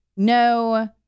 No